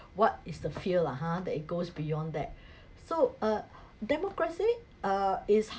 what is the fear lah ha that it goes beyond that so a democracy uh is